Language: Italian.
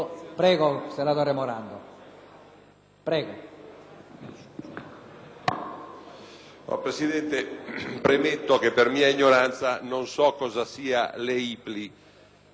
Presidente, premetto che, per mia ignoranza, non so cosa sia l'EIPLI, ma è un ente, pubblico o assimilato,